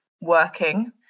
working